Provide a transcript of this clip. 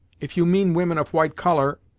if you mean women of white colour,